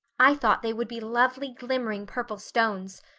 i thought they would be lovely glimmering purple stones.